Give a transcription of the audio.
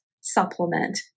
supplement